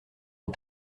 une